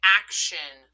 action